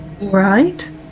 right